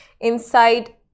inside